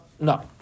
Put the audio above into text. no